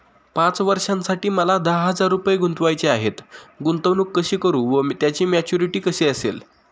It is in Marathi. पाच वर्षांसाठी मला दहा हजार रुपये गुंतवायचे आहेत, गुंतवणूक कशी करु व त्याची मॅच्युरिटी कशी असेल?